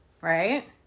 Right